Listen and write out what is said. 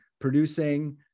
producing